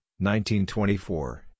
1924